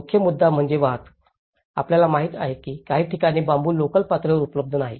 मुख्य मुद्दा म्हणजे वाहतूक आपल्याला माहिती आहे की काही ठिकाणी बांबू लोकल पातळीवर उपलब्ध नाही